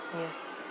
yes